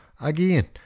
Again